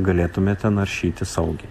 galėtumėte naršyti saugiai